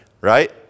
right